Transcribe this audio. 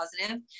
positive